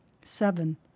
seven